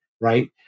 right